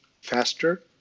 faster